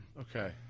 Okay